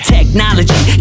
Technology